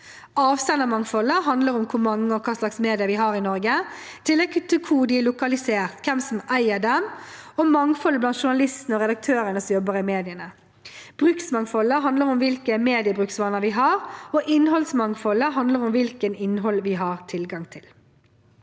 Avsendermangfoldet handler om hvor mange og hva slags medier vi har i Norge, i tillegg til hvor de er lokalisert, hvem som eier dem, og mangfoldet blant journalistene og redaktørene som jobber i mediene. Bruksmangfoldet handler om hvilke mediebruksvaner vi har, og innholdsmangfoldet handler om hvilket innhold vi har tilgang til.